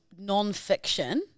nonfiction